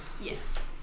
Yes